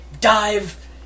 dive